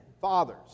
Fathers